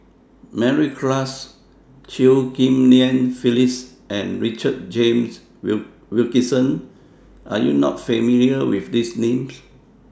Mary Klass Chew Ghim Lian Phyllis and Richard James Wilkinson Are YOU not familiar with These Names